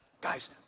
guys